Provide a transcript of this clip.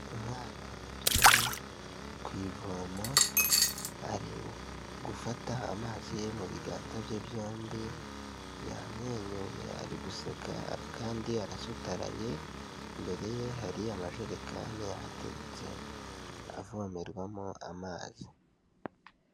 Umwana wicaye ku ivomo, ari gufata amazi ye mu biganza bye byombi, yamwenyuye ari guseka kandi arasutaraye, imbere ye hari amajerekani ahateretse avomerwamo amazi.